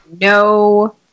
no